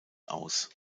aus